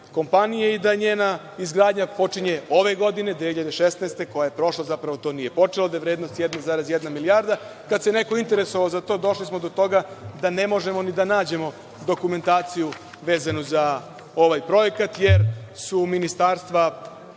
kompanije i da njena izgradnja počinje ove godine, 2016, koja je prošla, zapravo to nije počelo, da je vrednost 1,1 milijarda. Kad se neko interesovao za to, došli smo do toga da ne možemo ni da nađemo dokumentaciju vezanu za ovaj projekat, jer su Ministarstvo